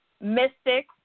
mystic